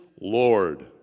Lord